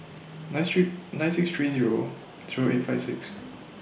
nine Street nine six three Zero through eight five six